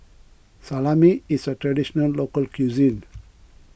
Salami is a Traditional Local Cuisine